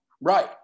right